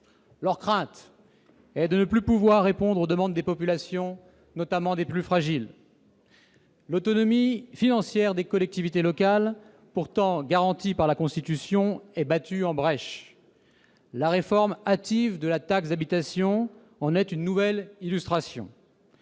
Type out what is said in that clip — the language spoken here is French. Leur crainte est de ne plus pouvoir répondre aux demandes des populations, notamment des plus fragiles. L'autonomie financière des collectivités locales, pourtant garantie par la Constitution, est battue en brèche. La réforme hâtive de la taxe d'habitation en est une nouvelle illustration.